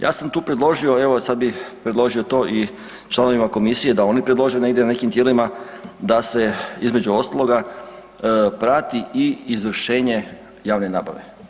Ja sam tu predložio, evo sad bih predložio to i članovima komisije da oni predlože negdje na nekim tijelima, da se između ostaloga prati i izvršenje javne nabave.